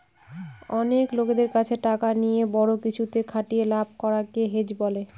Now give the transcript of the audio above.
অনেক লোকদের কাছে টাকা নিয়ে বড়ো কিছুতে খাটিয়ে লাভ করাকে হেজ বলে